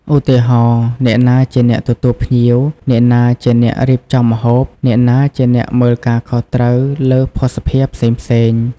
ឧទាហរណ៍ អ្នកណាជាអ្នកទទួលភ្ញៀវ អ្នកណាជាអ្នករៀបចំម្ហូប អ្នកណាជាអ្នកមើលការខុសត្រូវលើភ័ស្តុភារផ្សេងៗ។